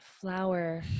flower